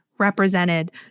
Represented